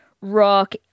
rock